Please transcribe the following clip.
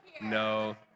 No